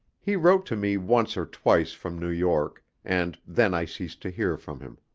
he wrote to me once or twice from new york, and then i ceased to hear from him.